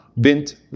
bint